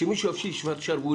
שמישהו יפשיל שרוולים,